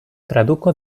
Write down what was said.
traduko